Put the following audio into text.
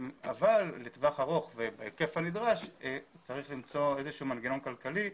אבל לטווח ארוך וההיקף הנדרש צריך למצוא איזשהו מנגנון כלכלי,